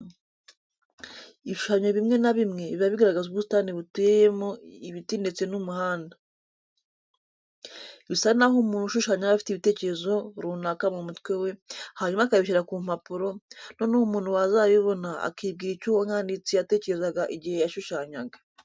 Ibishushanyo bimwe na bimwe biba bigaragaza ubusitani buteyemo ibiti ndetse n'umuhanda. Bisa naho umuntu ushushanya aba afite ibitekerezo runaka mu mutwe we, hanyuma akabishyira ku mpapuro, noneho umuntu wazabibona akibwira icyo umwanditsi yatekerezaga igihe yashushanyaga.